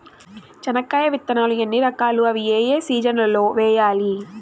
చెనక్కాయ విత్తనాలు ఎన్ని రకాలు? అవి ఏ ఏ సీజన్లలో వేయాలి?